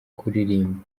kuririmba